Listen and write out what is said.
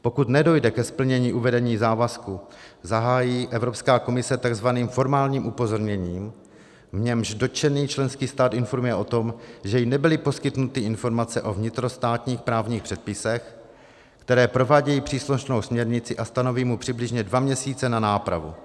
Pokud nedojde ke splnění uvedení závazku, zahájí Evropská komise takzvaným formálním upozorněním, v němž dotčený členský stát informuje o tom, že jí nebyly poskytnuty informace o vnitrostátních právních předpisech, které provádějí příslušnou směrnici, a stanoví mu přibližně dva měsíce na nápravu.